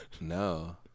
No